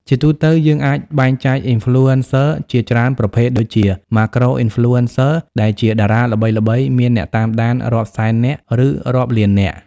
ជាទូទៅ យើងអាចបែងចែក Influencer ជាច្រើនប្រភេទ ដូចជា Macro-Influencers ដែលជាតារាល្បីៗមានអ្នកតាមដានរាប់សែននាក់ ឬរាប់លាននាក់។